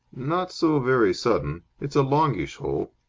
not so very sudden. it's a longish hole.